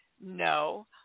No